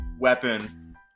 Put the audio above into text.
weapon